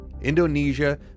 Indonesia